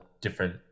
different